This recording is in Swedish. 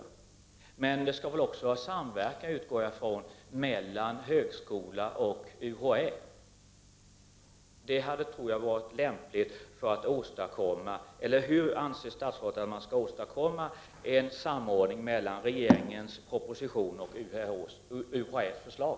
Jag utgår då från att det också skall vara samverkan mellan högskolan och UHÄ. Det tror jag vore lämpligt. Eller hur anser statsrådet att man annars kan åstadkomma en samordning mellan regeringens proposition och UHÄ:s förslag?